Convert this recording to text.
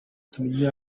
tumenye